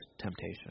temptation